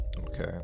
Okay